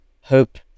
hope